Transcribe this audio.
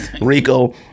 Rico